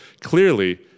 clearly